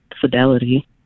Fidelity